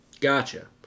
gotcha